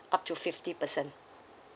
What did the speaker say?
up to fifty percent